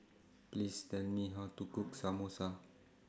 Please Tell Me How to Cook Samosa